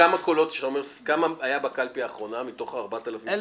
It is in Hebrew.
כמה קולות היו בקלפי האחרונה, מתוך ה-4,000 שהיו?